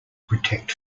protect